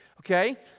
Okay